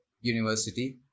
University